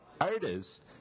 artists